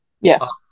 Yes